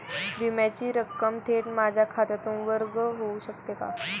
विम्याची रक्कम थेट माझ्या खात्यातून वर्ग होऊ शकते का?